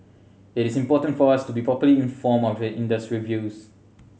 it is important for us to be properly informed of the industry views